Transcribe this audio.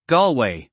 Galway